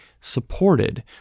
supported